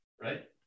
Right